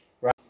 Right